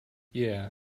yeah